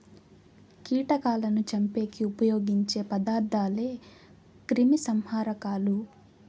కీటకాలను చంపేకి ఉపయోగించే పదార్థాలే క్రిమిసంహారకాలు